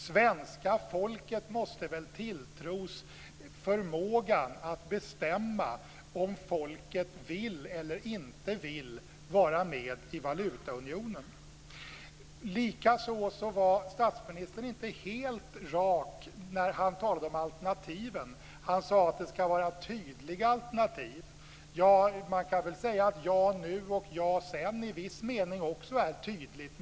Svenska folket måste väl tilltros förmågan att bestämma om folket vill eller inte vill vara med i valutaunionen. Likaså var statsministern inte helt rak när han talade om alternativen. Han sade att det ska vara tydliga alternativ. Man kan väl säga att ja nu och ja sedan i viss mening också är tydligt.